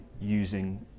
using